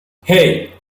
hey